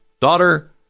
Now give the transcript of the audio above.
daughter